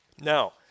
Now